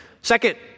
Second